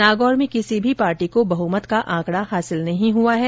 नागौर में किर्सी भी पार्टी को बहुमत का आंकड़ा हासिल नहीं हुआ है